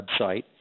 website